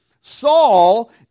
Saul